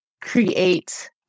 create